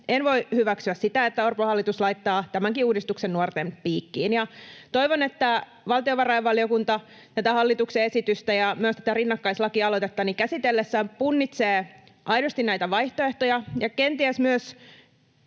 En voi hyväksyä sitä, että Orpon hallitus laittaa tämänkin uudistuksen nuorten piikkiin, ja toivon, että valtiovarainvaliokunta tätä hallituksen esitystä ja myös tätä rinnakkaislakialoitetta käsitellessään punnitsee aidosti näitä vaihtoehtoja ja kenties myös